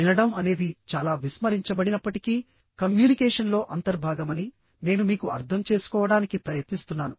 వినడం అనేది చాలా విస్మరించబడినప్పటికీ కమ్యూనికేషన్లో అంతర్భాగమని నేను మీకు అర్థం చేసుకోవడానికి ప్రయత్నిస్తున్నాను